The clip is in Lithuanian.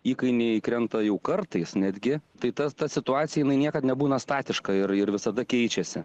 įkainiai krenta jau kartais netgi tai tas ta situacija jinai niekad nebūna statiška ir ir visada keičiasi